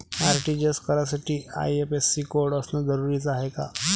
RTGS करासाठी IFSC code असनं जरुरीच हाय का?